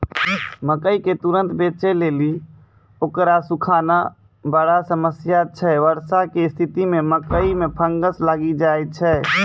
मकई के तुरन्त बेचे लेली उकरा सुखाना बड़ा समस्या छैय वर्षा के स्तिथि मे मकई मे फंगस लागि जाय छैय?